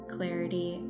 clarity